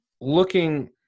looking